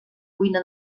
cuina